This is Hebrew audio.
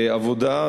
עבודה,